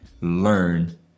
learn